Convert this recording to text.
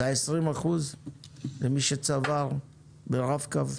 את ה-20 אחוזים למי שצבר ברב-קו?